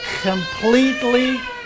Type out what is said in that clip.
completely